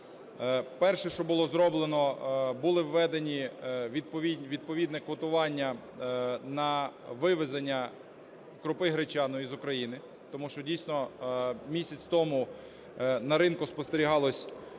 Перше, що було зроблено. Було введено відповідне квотування на вивезення крупи гречаної з України. Тому що, дійсно, місяць тому на ринку спостерігались,